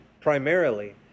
primarily